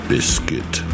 Biscuit